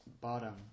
bottom